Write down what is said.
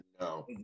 no